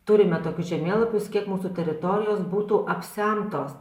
turime tokius žemėlapius kiek mūsų teritorijos būtų apsemtos